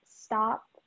stop